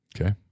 Okay